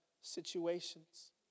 situations